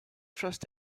trust